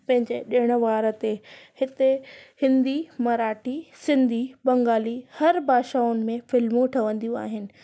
पंहिंजे ॾिण वार ते हिते हिन्दी मराठी सिंधी बंगाली हर भाषाउनि में फिल्मू ठहवंदियूं आहिनि